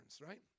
right